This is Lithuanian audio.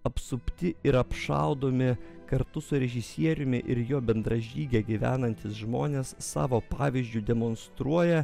apsupti ir apšaudomi kartu su režisieriumi ir jo bendražyge gyvenantys žmonės savo pavyzdžiu demonstruoja